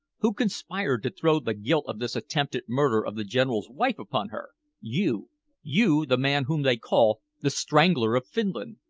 who conspired to throw the guilt of this attempted murder of the general's wife upon her? you you, the man whom they call the strangler of finland!